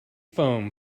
foam